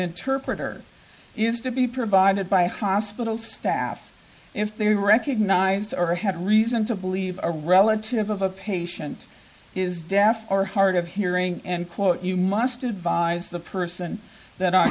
interpreter is to be provided by a hospital staff if they recognized or had reason to believe a relative of a patient is deaf or hard of hearing and quote you must advise the person that